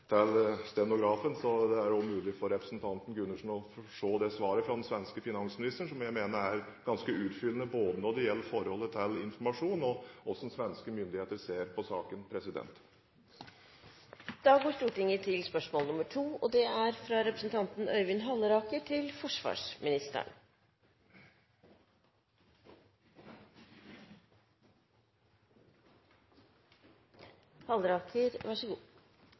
så det er også mulig for representanten Gundersen å få se det svaret fra den svenske finansministeren, som jeg mener er ganske utfyllende både når det gjelder forholdet til informasjon og hvordan svenske myndigheter ser på saken. «I en mulighetsstudie oversendt Forsvarsdepartementet blir sammenslåing av Forsvarets spesialkommando på Rena og Marinejegerkommandoen på Haakonsvern drøftet. Det